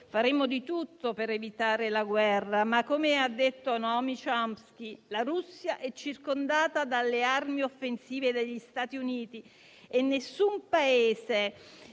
faremo di tutto per evitare la guerra, ma - come ha detto Noam Chomsky - la Russia è circondata dalle armi offensive degli Stati Uniti e nessun capo